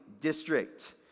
district